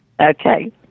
Okay